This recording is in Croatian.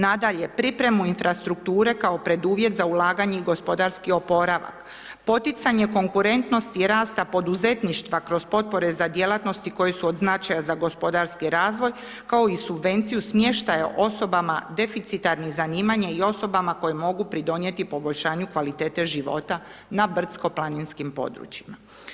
Nadalje, pripremu infrastrukture kao preduvjet za ulaganje i gospodarski oporavak, poticanje konkurentnosti i rasta poduzetništva kroz potpore za djelatnosti koje su od značaja za gospodarski razvoj, kao i subvenciju smještaja osobama deficitarnih zanimanja i osobama koje mogu pridonijeti poboljšanju kvalitete života na brdsko planinskim područjima.